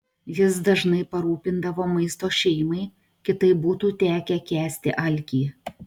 jis dažnai parūpindavo maisto šeimai kitaip būtų tekę kęsti alkį